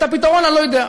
את הפתרון אני לא יודע.